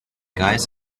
guys